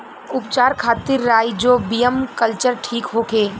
उपचार खातिर rhizobium culture ठीक होखे?